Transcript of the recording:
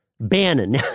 Bannon